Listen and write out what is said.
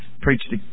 preached